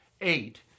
eight